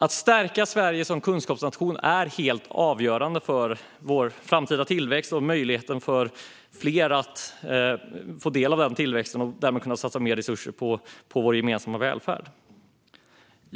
Att stärka Sverige som kunskapsnation är helt avgörande för vår framtida tillväxt och för möjligheten för fler att ta del av den tillväxten, vilket ger oss mer resurser att satsa på vår gemensamma välfärd.